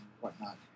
whatnot